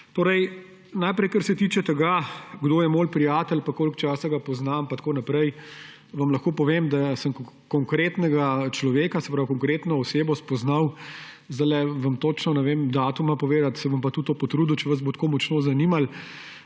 potrudil. Najprej, kar se tiče tega, kdo je moj prijatelj in koliko časa ga poznam in tako naprej. Lahko vam povem, da sem konkretnega človeka, konkretno osebo spoznal – zdajle vam ne znam točnega datuma povedati, se bom pa tudi to potrudil, če vas bo tako močno zanimalo